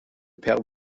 père